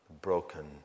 broken